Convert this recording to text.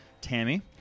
Tammy